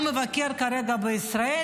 הוא מבקר כרגע בישראל,